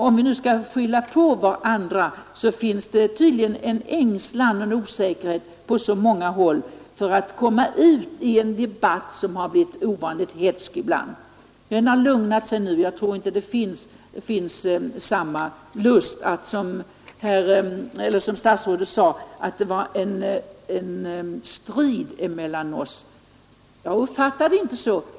Om vi nu skall skylla på varandra, så påstår jag att det tydligen på många håll råder osäkerhet; man är ängslig för att råka in i en debatt som ibland har blivit ovanligt hätsk. Den har lugnat ner sig nu — jag tror inte längre att det finns någon strid mellan oss. Jag uppfattar det i varje fall inte så.